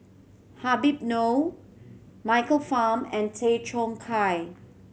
Habib Noh Michael Fam and Tay Chong Hai